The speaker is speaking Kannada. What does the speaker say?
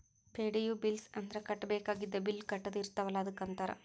ಪೆ.ಡಿ.ಯು ಬಿಲ್ಸ್ ಅಂದ್ರ ಕಟ್ಟಬೇಕಾಗಿದ್ದ ಬಿಲ್ ಕಟ್ಟದ ಇರ್ತಾವಲ ಅದಕ್ಕ ಅಂತಾರ